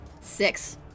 Six